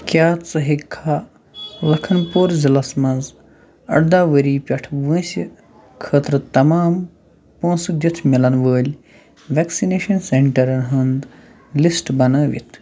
کیٛاہ ژٕ ہیٚکہِ کھا لَکَھن پوٗر ضلعس مَنٛز اَرداہ ؤری پٮ۪ٹھ وٲنٛسہِ خٲطرٕ تمام پونٛسہٕ دِتھ مِلَن وٲلۍ وٮ۪کسِنیشَن سٮ۪نٛٹَرَن ہُنٛد لِسٹ بنٲوِتھ